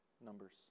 numbers